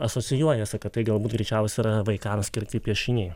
asocijuojasi kad tai galbūt greičiausia yra vaikam skirti piešiniai